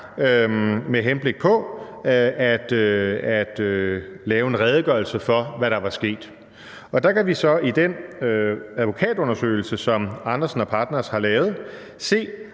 med henblik på at lave en redegørelse for, hvad der var sket. Der kan vi så i den advokatundersøgelse, som Andersen Partners har lavet, se,